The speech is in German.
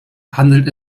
handelt